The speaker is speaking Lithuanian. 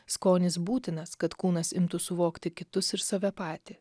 skonis būtinas kad kūnas imtų suvokti kitus ir save patį